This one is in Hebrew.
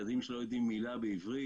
מדובר בילדים שלא יודעים מילה בעברית.